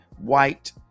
white